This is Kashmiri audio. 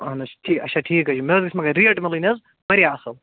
اہن حظ اچھا ٹھیٖک حظ چھُ مےٚ حظ گَژھِ مگر ریٹ ملن حظ واریاہ اصل